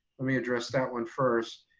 let me address that one first.